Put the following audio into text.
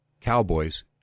Cowboys